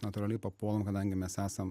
natūraliai papuolam kadangi mes esam